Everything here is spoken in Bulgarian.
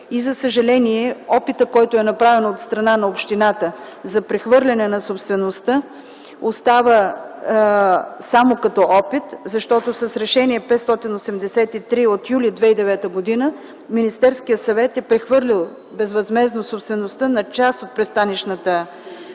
и за съжаление опитът, който е направен от страна на общината за прехвърляне на собствеността, остава само като опит. Защото с Решение № 583 от м. юли 2009 г. Министерският съвет е прехвърлил безвъзмездно собствеността на част от пристанищната